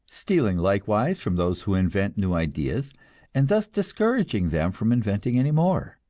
stealing likewise from those who invent new ideas and thus discouraging them from inventing any more.